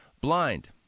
blind